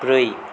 ब्रै